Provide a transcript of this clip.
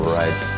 right